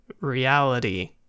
reality